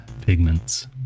pigments